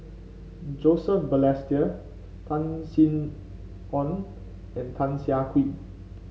Joseph Balestier Tan Sin Aun and Tan Siah Kwee